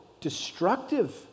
destructive